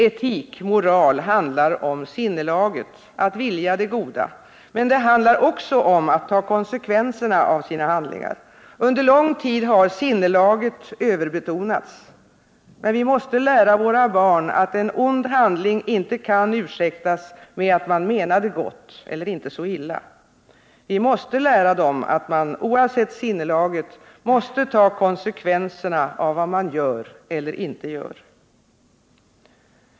Etik och moral handlar om sinnelaget — att vilja det goda — men det handlar också om att ta konsekvenserna av sina handlingar. Under lång tid har sinnelaget överbetonats. Men vi måste lära våra barn att en ond handling inte kan ursäktas med att man menade gott eller inte så illa. Vi måste lära dem att man, oavsett sinnelaget, måste ta konsekvenserna av vad man gör eller inte gör.